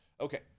Okay